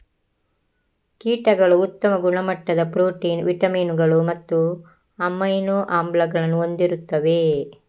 ಕೀಟಗಳು ಉತ್ತಮ ಗುಣಮಟ್ಟದ ಪ್ರೋಟೀನ್, ವಿಟಮಿನುಗಳು ಮತ್ತು ಅಮೈನೋ ಆಮ್ಲಗಳನ್ನು ಹೊಂದಿರುತ್ತವೆ